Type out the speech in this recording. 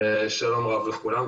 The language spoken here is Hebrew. שלום רב לכולם,